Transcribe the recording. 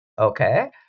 Okay